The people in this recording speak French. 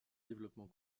développement